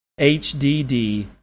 HDD